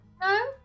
no